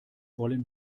wollen